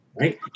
right